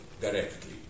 directly